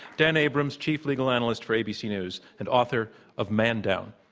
dan abrams, chief legal analyst for abc news, and author of man down.